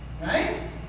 Right